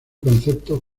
concepto